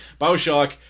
Bioshock